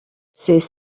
ces